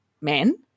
men